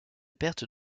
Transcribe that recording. perte